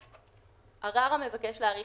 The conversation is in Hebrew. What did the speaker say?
6.(א)עורר המבקש להאריך